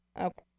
Okay